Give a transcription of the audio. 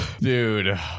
dude